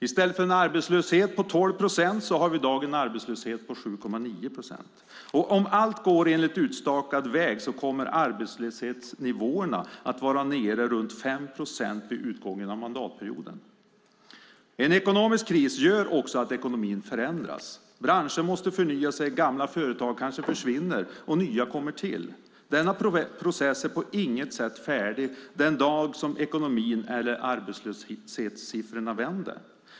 I stället för en arbetslöshet på 12 procent så har vi i dag en arbetslöshet på 7,9 procent. Om allt går enligt utstakad väg kommer arbetslöshetsnivåerna att vara nere på runt 5 procent vid utgången av mandatperioden. En ekonomisk kris gör också att ekonomin förändras, branscher måste förnya sig, gamla företag kanske försvinner och nya kommer till. Denna process är på inget sätt färdig den dag som ekonomin eller arbetslöshetssiffrorna vänder.